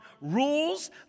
rules